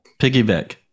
Piggyback